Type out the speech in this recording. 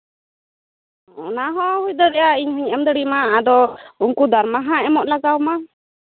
ᱚᱱᱟᱦᱚᱸ ᱦᱩᱭ ᱫᱟᱲᱮᱭᱟᱜᱼᱟ ᱤᱧ ᱦᱚᱧ ᱮᱢ ᱫᱟᱲᱮᱭᱟᱢᱟ ᱟᱫᱚ ᱩᱱᱠᱩ ᱫᱟᱨᱢᱟ ᱦᱟᱸᱜ ᱮᱢᱚᱜ ᱞᱟᱜᱟᱣᱟᱢᱟ